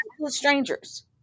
strangers